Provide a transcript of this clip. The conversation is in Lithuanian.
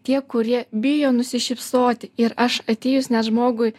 tie kurie bijo nusišypsoti ir aš atėjus net žmogui